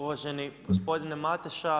Uvaženi gospodine Mateša.